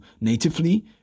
natively